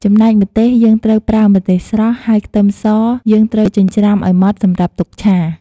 ចំណែកម្ទេស យើងត្រូវប្រើម្ទេសស្រស់ ហើយខ្ទឹមសយើងត្រូវចិញ្រ្ចាំឲ្យម៉ដ្ឋសម្រាប់ទុកឆា។